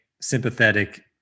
sympathetic